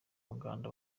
muganda